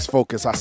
Focus